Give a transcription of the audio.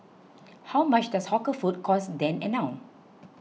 how much does hawker food cost then and now